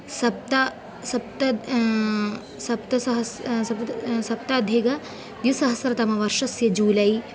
सप्त सप्त सप्तसहस् सप्त् सप्ताधिकद्विसहस्रतमवर्षस्य जूलै